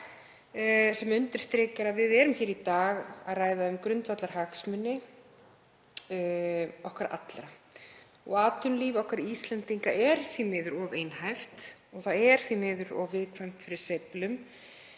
sem undirstrikar að við erum hér í dag að ræða um grundvallarhagsmuni okkar allra. Atvinnulíf okkar Íslendinga er því miður of einhæft og er of viðkvæmt fyrir sveiflum.